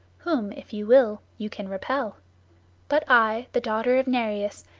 whom, if you will, you can repel but i, the daughter of nereus,